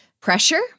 pressure